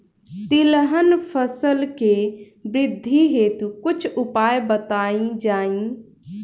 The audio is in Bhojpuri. तिलहन फसल के वृद्धी हेतु कुछ उपाय बताई जाई?